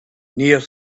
near